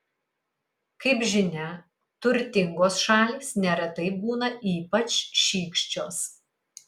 kaip žinia turtingos šalys neretai būna ypač šykščios